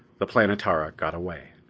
the planetara got away.